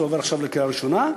זה עובר עכשיו בקריאה ראשונה.